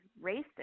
racing